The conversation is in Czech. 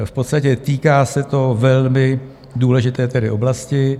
V podstatě týká se to velmi důležité oblasti.